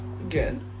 again